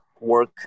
work